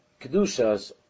kedushas